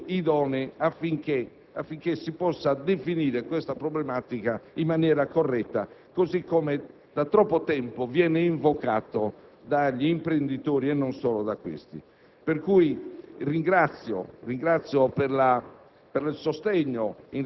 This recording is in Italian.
creare le condizioni idonee affinché si possa definire questa problematica in maniera corretta così come da troppo tempo viene invocato dagli imprenditori e non solo da questi. Ringrazio, pertanto,